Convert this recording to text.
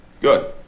Good